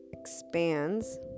expands